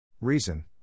Reason